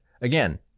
again-